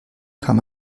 kann